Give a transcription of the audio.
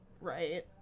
Right